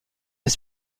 des